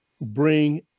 bring